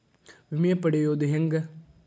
ವಿಮೆ ಪಡಿಯೋದ ಹೆಂಗ್?